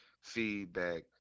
feedback